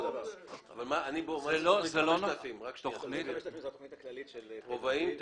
תכנית 5000 זו התכנית הכללית -- רובעים?